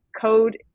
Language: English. code